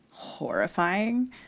horrifying